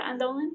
Andolan